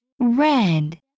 Red